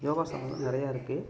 யோகாசனம் நிறையா இருக்குது